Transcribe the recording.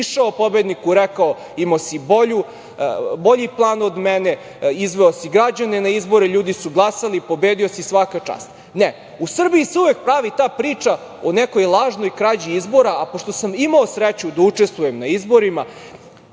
prišao pobedniku, rekao – imao si bolji plan od mene, izveo si građane na izbore, ljudi su glasali, pobedio si, svaka čast. Ne, u Srbiji se uvek pravi ta priča o nekoj lažnoj krađi izbora, a pošto sam imao sreću da učestvujem na izborima,